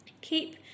keep